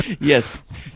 yes